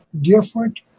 different